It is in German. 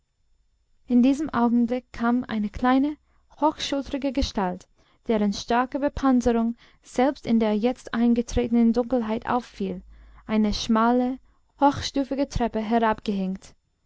in diesem augenblick kam eine kleine hochschultrige gestalt deren starke bepanzerung selbst in der jetzt eingetretenen dunkelheit auffiel eine schmale hochstufige treppe